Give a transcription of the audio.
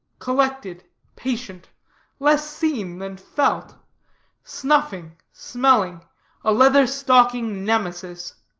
collected, patient less seen than felt snuffing, smelling a leather-stocking nemesis.